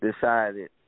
Decided